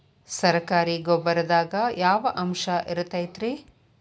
ಸರಕಾರಿ ಗೊಬ್ಬರದಾಗ ಯಾವ ಅಂಶ ಇರತೈತ್ರಿ?